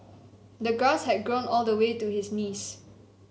the grass had grown all the way to his knees